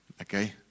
Okay